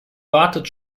wartet